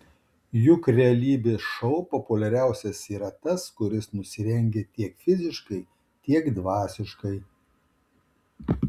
juk realybės šou populiariausias yra tas kuris nusirengia tiek fiziškai tiek dvasiškai